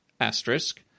asterisk